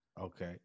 Okay